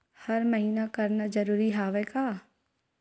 हर महीना करना जरूरी हवय का?